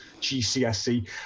GCSE